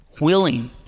willing